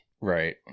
Right